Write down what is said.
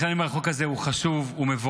לכן אני אומר, החוק הזה הוא חשוב, הוא מבורך.